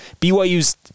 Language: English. BYU's